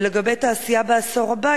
לגבי תעשייה בעשור הבא,